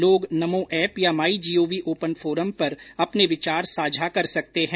लोग नमो एप या my GOV open forum पर अपने विचार साझा कर सकते हैं